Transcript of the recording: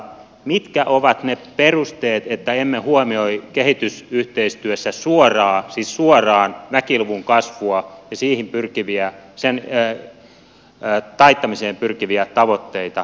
mitkä ovat ne perusteet että emme huomioi kehitysyhteistyössä suoraan väkiluvun kasvua ja sen taittamiseen pyrkiviä tavoitteita